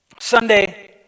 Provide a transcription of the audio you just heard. Sunday